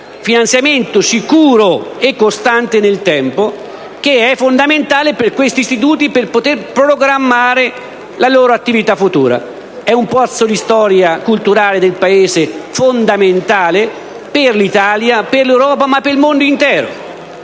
finanziamento sicuro e costante nel tempo, che è fondamentale per questi istituti, per poter programmare la loro attività futura. È un pozzo di storia culturale del Paese, fondamentale per l'Italia, per l'Europa, ma anche per il mondo intero.